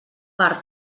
per